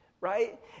right